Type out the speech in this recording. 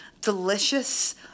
delicious